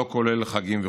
לא כולל חגים וחופשות.